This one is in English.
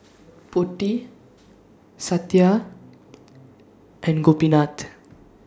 Potti Satya and Gopinath